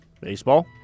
Baseball